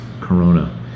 Corona